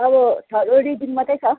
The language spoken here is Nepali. अब थरो रिडिङ मात्रै छ